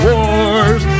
Wars